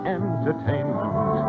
entertainment